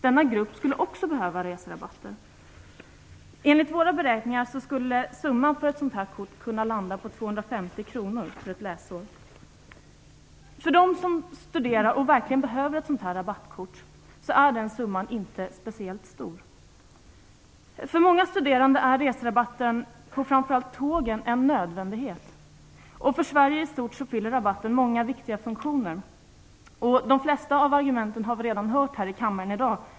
Denna grupp skulle också behöva reserabatter. Enligt våra beräkningar skulle summan för ett sådant kort landa på 250 kr för ett läsår. För dem som studerar och verkligen behöver ett rabattkort är den summan inte speciellt stor. För många studerande är reserabatten på framför allt tågen en nödvändighet, och för Sverige i stort fyller rabatten många viktiga funktioner. De flesta av argumenten har vi redan hört här i kammaren i dag.